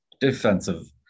defensive